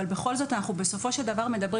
בכל זאת אנחנו בסופו של דבר מדברים